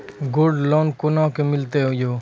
Gold loan कोना के मिलते यो?